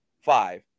five